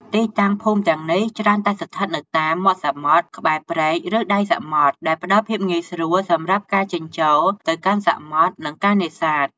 ទីតាំង ភូមិទាំងនេះច្រើនតែស្ថិតនៅតាម មាត់សមុទ្រ ក្បែរព្រែក ឬដៃសមុទ្រ ដែលផ្តល់ភាពងាយស្រួលសម្រាប់ការចេញចូលទៅកាន់សមុទ្រ និងការនេសាទ។